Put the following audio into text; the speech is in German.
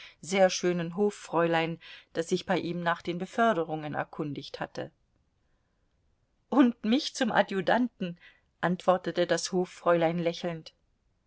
sehr schönen hoffräulein das sich bei ihm nach den beförderungen erkundigt hatte und mich zum adjutanten antwortete das hoffräulein lächelnd